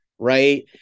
Right